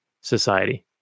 society